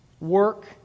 work